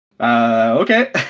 Okay